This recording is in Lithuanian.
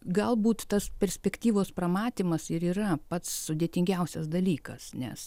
galbūt tas perspektyvos pramatymas ir yra pats sudėtingiausias dalykas nes